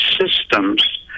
systems